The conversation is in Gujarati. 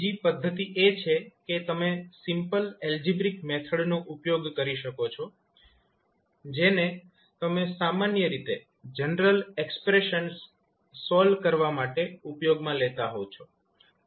બીજી પદ્ધતિ એ છે કે તમે સિમ્પલ એલ્જીબ્રીક મેથડનો ઉપયોગ કરી શકો છો જેને તમે સામાન્ય રીતે જનરલ એક્સપ્રેશન્સ સોલ્વ કરવા માટે ઉપયોગમાં લેતા હોવ છો